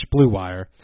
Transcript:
BlueWire